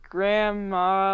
Grandma